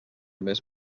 més